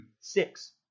six